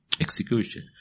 Execution